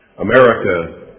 America